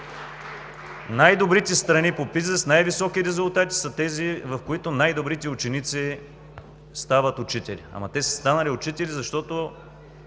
Най-добрите страни по PISA с най-високи резултати са тези, в които най-добрите ученици стават учители. Ама те са станали учители, защото